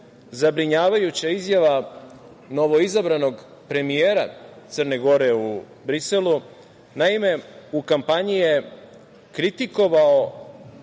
zabrinjavajuća izjava novoizabranog premijera Crne Gore u Briselu. Naime, u kampanji je kritikovao